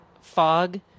fog